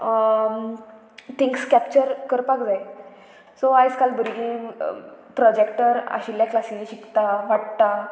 things capture करपाक जाय so आयज काल भुरगीं प्रोजेक्टर आशिल्ल्या क्लासीनी शिकता वाडटा